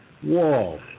Whoa